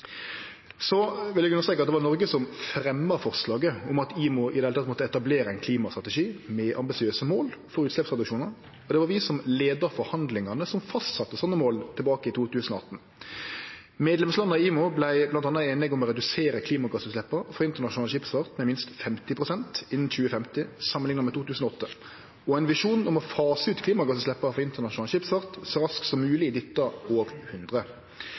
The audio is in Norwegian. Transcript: Så vil eg understreke at det var Noreg som fremja forslaget om at IMO i det heile måtte etablere ein klimastrategi med ambisiøse mål for utsleppstradisjonar, og det var vi som leidde forhandlingane som fastsette sånne mål tilbake i 2018. Medlemslanda i IMO vart bl.a. einige om å redusere klimagassutsleppa frå internasjonal skipsfart med minst 50 pst. innan 2050, samanlikna med 2008, og ein visjon om å fase ut klimagassutsleppa frå internasjonal skipsfart så raskt som mogleg dette hundreåret. I